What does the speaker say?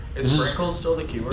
is sprinkles still the keyword?